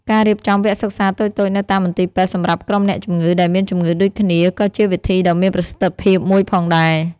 ការរៀបចំវគ្គសិក្សាតូចៗនៅតាមមន្ទីរពេទ្យសម្រាប់ក្រុមអ្នកជំងឺដែលមានជំងឺដូចគ្នាក៏ជាវិធីដ៏មានប្រសិទ្ធភាពមួយផងដែរ។